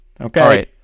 Okay